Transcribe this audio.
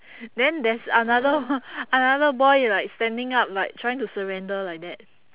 then there's another another boy like standing up like trying to surrender like that